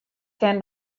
kin